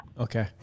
Okay